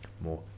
more